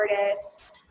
artists